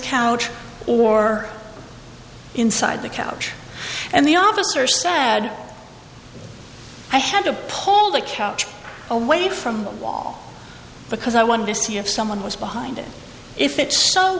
couch or inside the couch and the obvious or sad i had to pull the couch away from the wall because i wanted to see if someone was behind it if it's so